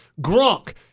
Gronk